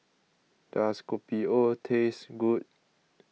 does Kopi O taste good